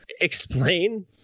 explain